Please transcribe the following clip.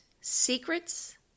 Secrets